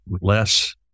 less